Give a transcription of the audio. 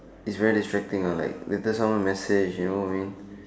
it's very distracting lah like later someone message you know what I mean